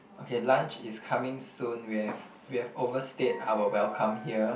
okay lunch is coming soon we have we have overstayed our welcome here